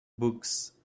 books